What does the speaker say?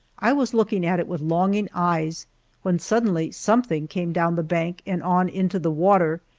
i was looking at it with longing eyes when suddenly something came down the bank and on into the water,